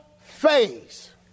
face